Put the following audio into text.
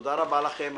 תודה רבה לכם.